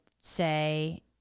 say